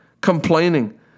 complaining